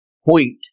wheat